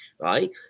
right